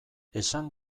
esan